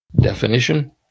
definition